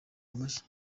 amashyi